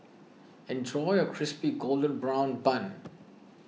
enjoy your Crispy Golden Brown Bun